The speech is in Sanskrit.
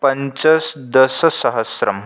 पञ्चदशसहस्रं